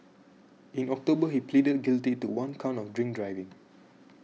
in October he pleaded guilty to one count of drink driving